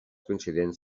coincidents